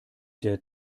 der